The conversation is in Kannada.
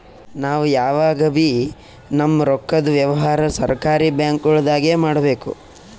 ನಾವ್ ಯಾವಗಬೀ ನಮ್ಮ್ ರೊಕ್ಕದ್ ವ್ಯವಹಾರ್ ಸರಕಾರಿ ಬ್ಯಾಂಕ್ಗೊಳ್ದಾಗೆ ಮಾಡಬೇಕು